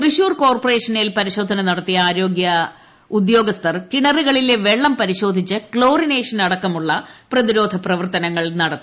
തൃശ്ശൂർ കോർപ്പറേഷനിൽ പരിശോധന നടത്തിയ ആരോഗ്യ ഉദ്യോഗസ്ഥർ കി്ണറുകളിലെ വെള്ളം പരിശോധിച്ച് ക്ലോറിനേഷൻ അടക്കമുള്ള പ്രതിരോധ പ്രവർത്തനങ്ങൾ നടത്തി